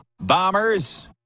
bombers